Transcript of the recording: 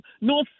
no